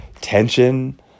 tension